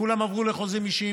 כולם עברו לחוזים אישיים.